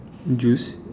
juice